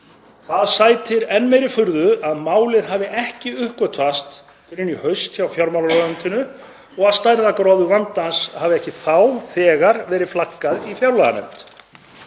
Það sætir enn meiri furðu að málið hafi ekki uppgötvast fyrr en í haust hjá fjármálaráðuneytinu og að stærðargráðu vandans hafi ekki þá þegar verið flaggað í fjárlaganefnd.